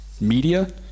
media